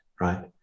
right